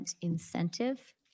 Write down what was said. incentive